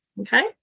Okay